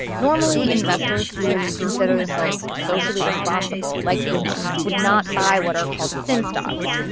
normally, investors who consider themselves socially responsible, like these nuns, would not buy what are called sin stocks,